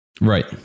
Right